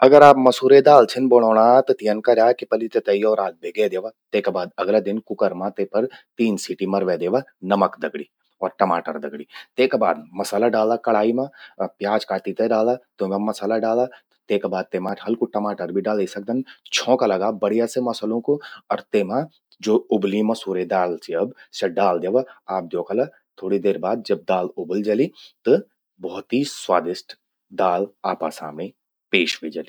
अगर आप मसूरे दाल छिन बणौणा त यन कर्या कि पलि तेते यो रात भिगे द्यवा। तेका बाद अगला दिन कुकर मां ते पर तीन सीटी मरवे द्यवा नमक दगड़ि अर टमाटर दगड़ि। तेका बाद मसाला डाला कड़ाई मां, प्याज काटी ते डाला।, तेमा मसाला डाला, तेकाबाद तेमा हल्कु टमाटर भी डाली सकदन। छोंका लगा बढ़िया से मसलुं कू। अर तेमा ज्वो उबल्यीं मसूरे दाल चि, स्या डाल द्यवा। आप द्योखला थोड़ी देर बाद जब दाल उबलि जलि। त भौत ही स्वादिष्ट दाल आपा सामणि पेश ह्वे जलि।